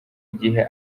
gihe